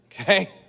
Okay